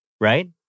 Right